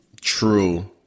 true